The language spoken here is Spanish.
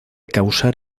causar